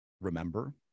remember